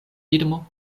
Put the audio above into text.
birmo